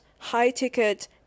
high-ticket